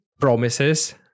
promises